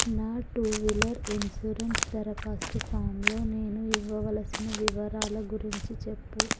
నా two wheeler insurance దరఖాస్తు ఫాంలో నేను ఇవ్వవలసిన వివరాల గురించి చెప్పుము